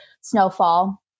snowfall